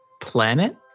planet